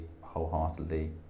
wholeheartedly